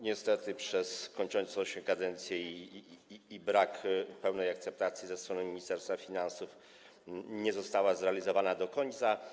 Niestety z powodu kończącej się kadencji i braku pełnej akceptacji ze strony Ministerstwa Finansów nie została ona zrealizowana do końca.